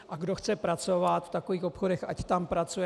A kdo chce pracovat v takových obchodech, ať tam pracuje.